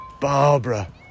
Barbara